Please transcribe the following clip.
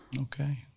Okay